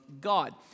God